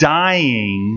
dying